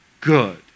good